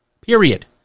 period